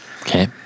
Okay